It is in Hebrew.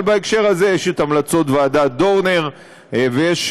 אבל בהקשר הזה יש המלצות ועדת דורנר ויש